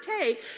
take